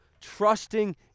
trusting